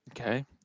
Okay